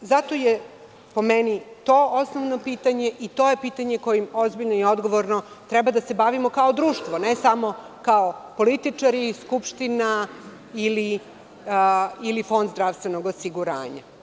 Zato je po meni to osnovno pitanje i to je pitanje kojim ozbiljno i odgovorno treba da se bavimo kao društvo, ne samo kao političari, Skupština ili Fond zdravstvenog osiguranja.